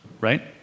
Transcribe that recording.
right